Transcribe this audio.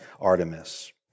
Artemis